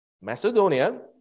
Macedonia